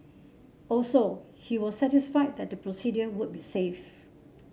also he was satisfied that the procedure would be safe